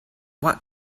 what